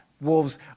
Wolves